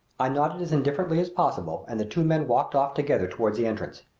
i nodded as indifferently as possible and the two men walked off together toward the entrance.